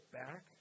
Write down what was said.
back